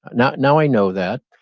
now now i know that,